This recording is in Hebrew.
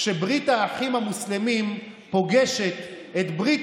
כשברית האחים המוסלמים פוגשת את ברית